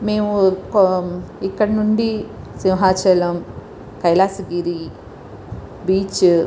మేము ఇక్కడి నుండి సింహాచలం కైలాసగిరి బీచ్